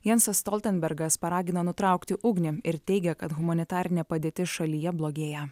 jansas stoltenbergas paragino nutraukti ugnį ir teigia kad humanitarinė padėtis šalyje blogėja